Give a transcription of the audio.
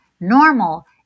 Normal